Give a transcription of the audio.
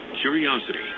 Curiosity